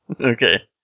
Okay